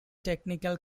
technical